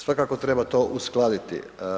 Svakako treba to uskladiti.